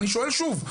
לכן אני שואל שוב,